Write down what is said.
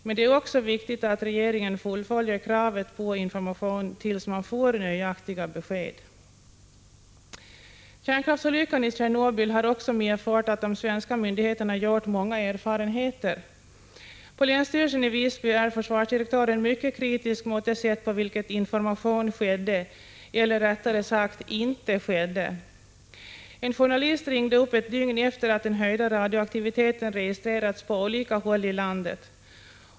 Men det är också viktigt att regeringen fullföljer kravet på information tills man får nöjaktiga besked. Kärnkraftsolyckan i Tjernobyl har också medfört att de svenska myndigheterna gjort många erfarenheter. På länsstyrelsen i Visby är försvarsdirektören mycket kritisk mot det sätt på vilket information gavs — eller rättare sagt inte gavs. En journalist ringde ett dygn efter det att den höjda radioaktiviteten registrerats på olika håll i landet.